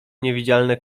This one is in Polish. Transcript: niewidzialne